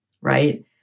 right